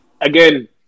Again